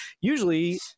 usually